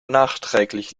nachträglich